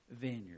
Vineyard